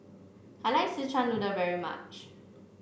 I like Szechuan Noodle very much